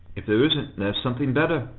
if there isn't, there's something better,